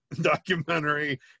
documentary